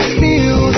feel